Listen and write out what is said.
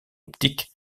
optiques